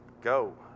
go